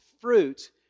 fruit